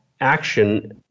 action